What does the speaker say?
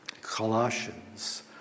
Colossians